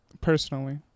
personally